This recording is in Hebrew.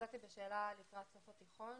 יצאתי בשאלה לקראת סוף התיכון